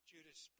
Judas